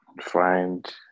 find